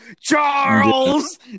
Charles